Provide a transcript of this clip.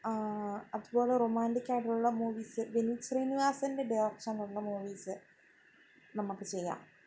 അതുപോലെ റൊമാൻ്റിക്കായിട്ടുള്ള മൂവീസ് വിനിത് ശ്രീനിവാസൻ്റെ ഡയറക്ഷനിലുള്ള മൂവീസ് നമുക്ക് ചെയ്യാം